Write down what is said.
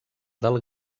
del